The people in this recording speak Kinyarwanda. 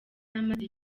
amaze